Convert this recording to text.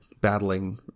battling